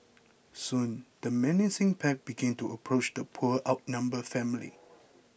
soon the menacing pack began to approach the poor outnumbered family